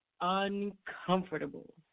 uncomfortable